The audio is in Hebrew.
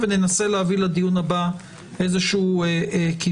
וננסה להביא לדיון הבא איזה כיוון.